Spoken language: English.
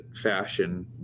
fashion